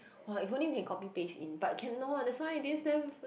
!wah! if only we can copy paste in but cannot that's why this